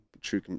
true